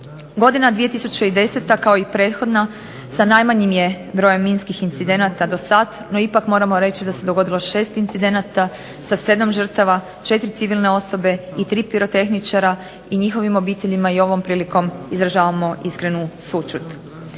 Godina 2010. kao i prethodna sa najmanjim je brojem minskih incidenata do sada. No ipak moramo reći da se dogodilo 6 incidenata sa 7 žrtava, 4 civilne osobe i 3 pirotehničara i njihovim obiteljima i ovom prilikom izražavamo iskrenu sućut.